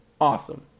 Awesome